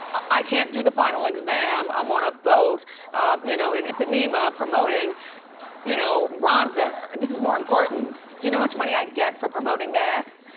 i can't do the final exam, i'm on a boat you know in ipanema promoting you know bronzer, this is more important. do you know how much money i get for promoting this?